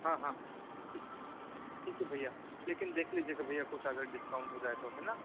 हाँ हाँ ठीक है भैया लेकिन देख लीजिएगा भैया कुछ अगर डिस्काउंट हो जाए तो है ना